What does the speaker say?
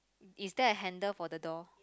is there a handle for the door